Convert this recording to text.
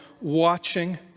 watching